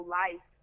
life